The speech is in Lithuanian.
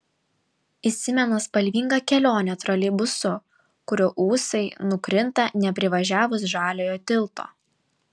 įsimena spalvinga kelionė troleibusu kurio ūsai nukrinta neprivažiavus žaliojo tilto